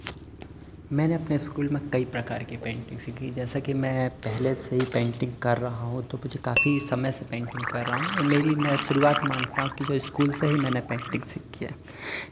मैंने अपने स्कूल में कई प्रकार के पेंटिंग सीखी जैसेकि मैं पहले से ही पेंटिंग कर रहा हूँ तो मुझे काफी समय से पेंटिंग कर रहा हूँ और मेरी मैं शुरुआत मानता हूँ कि जो स्कूल से ही मैंने पेंटिंग सीखी है